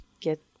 get